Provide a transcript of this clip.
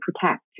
Protect